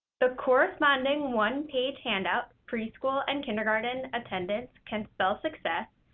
the corresponding one-page handout preschool and kindergarten attendance can spell success,